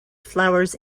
flowers